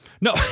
No